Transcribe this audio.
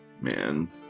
Man